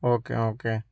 okay okay